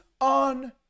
on